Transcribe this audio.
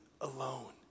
alone